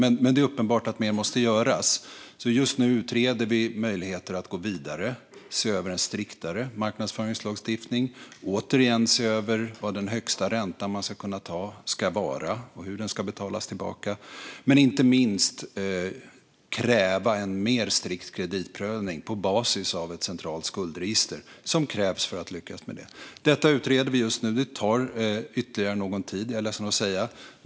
Men det är uppenbart att mer måste göras. Just nu utreder vi möjligheter att gå vidare - se över en striktare marknadsföringslagstiftning, återigen se över vad den högsta ränta man ska kunna ta ska vara och hur den ska betalas tillbaka men inte minst kräva en mer strikt kreditprövning på basis av ett centralt skuldregister, vilket krävs för att lyckas med det. Detta utreder vi just nu. Det tar ytterligare någon tid, är jag ledsen att säga.